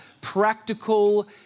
practical